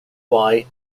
front